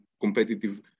competitive